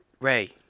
Ray